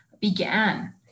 began